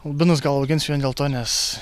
lubinus gal auginsiu vien dėl to nes